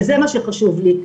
וזה מה שחשוב לי.